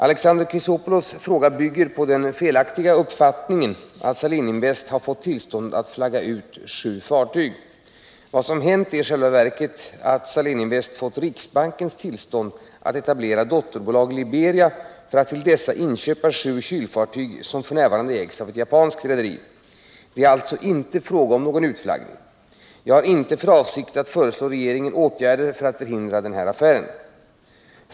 Alexander Chrisopoulos fråga bygger på den felaktiga uppfattningen att Saléninvest AB har fått tillstånd att flagga ut sju fartyg. Vad som hänt är i själva verket att Saléninvest AB fått riksbankens tillstånd att etablera dotterbolag i Liberia för att till dessa inköpa sju kylfartyg som f. n. ägs av ett japanskt rederi. Det är alltså inte fråga om någon utflaggning. Jag har inte för avsikt att föreslå regeringen åtgärder för att förhindra denna affär.